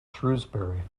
shrewsbury